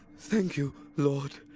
thank you, lord,